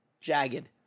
jagged